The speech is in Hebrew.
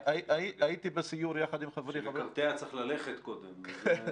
בשביל לקרטע צריך ללכת קודם.